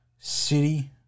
City